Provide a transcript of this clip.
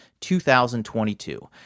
2022